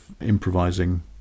improvising